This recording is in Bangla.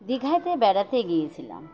দিঘাতে বেড়াতে গিয়েছিলাম